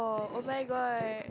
oh oh-my-god